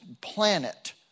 planet